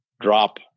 drop